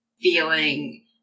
feeling